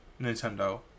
Nintendo